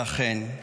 ואכן,